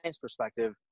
perspective